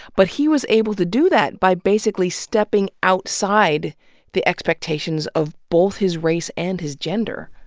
but he was able to do that by basically stepping outside the expectations of both his race and his gender.